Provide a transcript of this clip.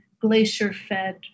Glacier-fed